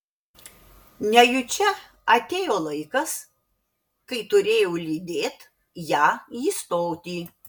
nejučia atėjo laikas kai turėjau lydėt ją į stotį